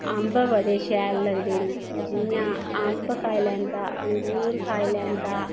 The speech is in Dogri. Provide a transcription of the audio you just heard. अंब बडे शैल लगदे ना जियां अंब खाई लैंदा अंगूर खाई लैंदा